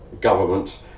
government